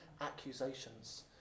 accusations